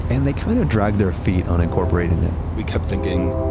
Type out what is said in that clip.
and they kind of dragged their feet on incorporating it. we kept thinking,